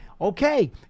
okay